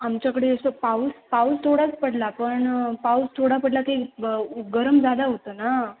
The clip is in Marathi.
आमच्याकडे असं पाऊस पाऊस थोडाच पडला पण पाऊस थोडा पडला की गरम जादा होतं ना